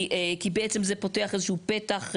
כי בעצם זה פותח איזשהו פתח,